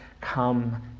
come